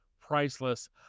priceless